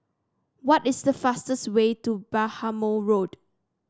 what is the fastest way to Bhamo Road